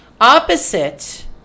Opposite